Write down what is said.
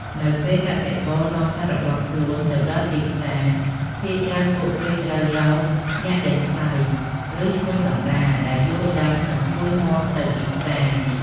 នៅពេលកសិករនាំសត្វរបស់ខ្លួនទៅដល់ទីផ្សារ ភាគច្រើនពួកគេត្រូវរកអ្នកដេញថ្លៃ ឬឈ្មួញកណ្ដាលដែលយល់ដឹងនិងជួយនាំទៅទីផ្សារ។